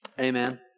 Amen